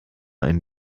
einen